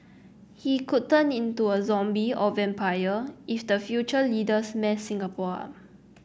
he could turn into a zombie or vampire if the future leaders mess Singapore up